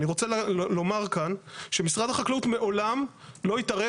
אני רוצה לומר כאן שמשרד החקלאות מעולם לא התערב